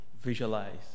visualize